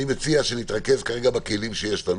אני מציע שנתרכז כרגע בכלים שיש לנו,